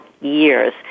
years